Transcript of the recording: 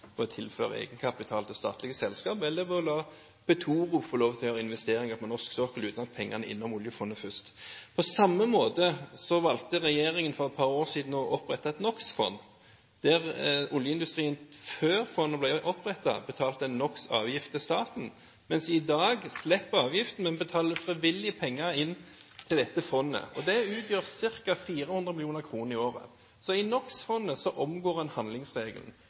norsk sokkel uten at pengene er innom oljefondet først. På samme måte valgte regjeringen for et par år siden å opprette et NOx-fond. Før fondet ble opprettet, betalte oljeindustrien NOx-avgift til staten, mens en i dag slipper avgift, men frivillig betaler penger inn til dette fondet. Det utgjør ca. 400 mill. kr i året. Så i NOx-fondet omgår en handlingsregelen.